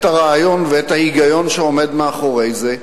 את הרעיון ואת ההיגיון שעומד מאחורי זה,